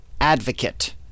advocate